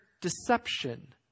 deception